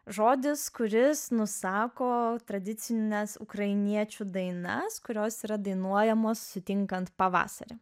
žodis kuris nusako tradicines ukrainiečių dainas kurios yra dainuojamos sutinkant pavasarį